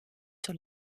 sur